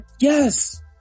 Yes